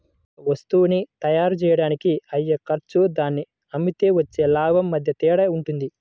ఒక వత్తువుని తయ్యారుజెయ్యడానికి అయ్యే ఖర్చు దాన్ని అమ్మితే వచ్చే లాభం మధ్య తేడా వుంటది